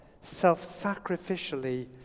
self-sacrificially